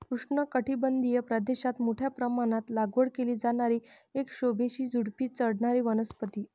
उष्णकटिबंधीय प्रदेशात मोठ्या प्रमाणात लागवड केली जाणारी एक शोभेची झुडुपी चढणारी वनस्पती